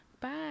bye